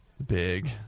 Big